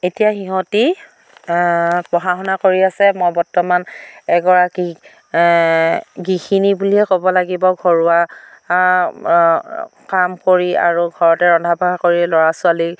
এতিয়া সিহঁতি পঢ়া শুনা কৰি আছে মই বৰ্তমান এগৰাকী গৃহিনী বুলিয়ে ক'ব লাগিব ঘৰুৱা কাম কৰি আৰু ঘৰতে ৰন্ধা বঢ়া কৰি ল'ৰা ছোৱালী